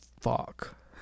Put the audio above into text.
fuck